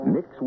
Mix